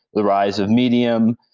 their eyes of medium,